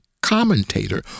commentator